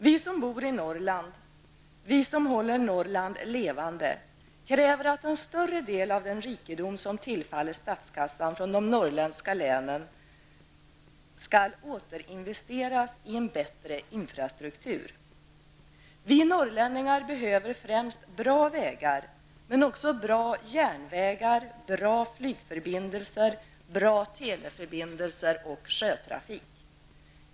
Vi som bor i Norrland, vi som håller Norrland levande, kräver att en större del av den rikedom som tillfaller statskassan från de norrländska länen skall återinvesteras i en bättre infrastruktur. Vi norrlänningar behöver främst bra vägar men också bra järnvägar, bra flygförbindelser, bra teleförbindelser och sjötrafik.